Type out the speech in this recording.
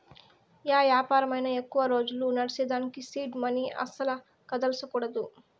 yeah యాపారమైనా ఎక్కువ రోజులు నడ్సేదానికి సీడ్ మనీ అస్సల కదల్సకూడదు